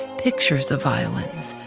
pictures of violins,